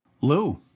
Lou